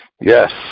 Yes